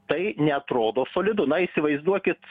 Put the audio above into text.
tai neatrodo solidu na įsivaizduokit